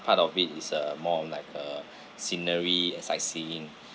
part of it is a more on like a scenery and sightseeing